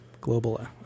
global